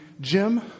Jim